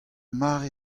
mare